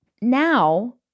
Now